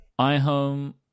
iHome